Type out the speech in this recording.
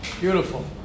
Beautiful